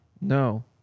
no